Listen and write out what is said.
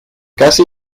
casi